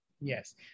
Yes